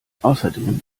außerdem